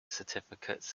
certificates